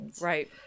right